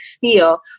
feel